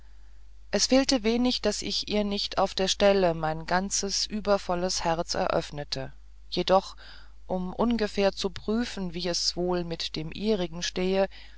es fehlte wenig daß ich ihr nicht auf der stelle mein ganzes übervolles herz eröffnete jedoch um ungefähr zu prüfen wie es wohl mit dem ihrigen stehe